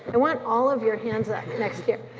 i want all of your hands up next year.